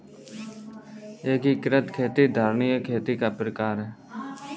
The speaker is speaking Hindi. एकीकृत खेती धारणीय खेती का प्रकार है